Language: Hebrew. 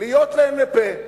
להיות להם לפה.